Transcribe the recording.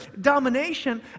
domination